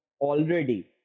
already